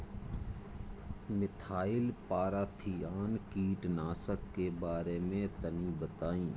Methyl parathion कीटनाशक के बारे में तनि बताई?